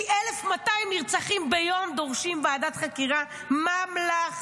כי 1,200 נרצחים ביום דורשים ועדת חקירה ממלכתית,